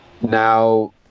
now